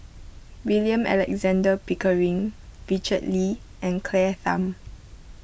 William Alexander Pickering Richard Lee and Claire Tham